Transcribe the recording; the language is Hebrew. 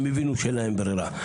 הם הבינו שאין להם ברירה.